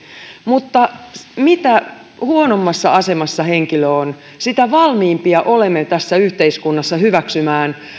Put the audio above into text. mutta mitä huonommassa asemassa henkilö on sitä valmiimpia olemme tässä yhteiskunnassa hyväksymään